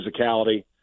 physicality